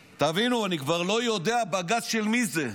תבינו, אני כבר לא יודע בג"ץ של מי זה,